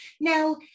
now